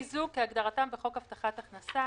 "בני זוג" כהגדרתם בחוק הבטחת הכנסה,